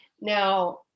Now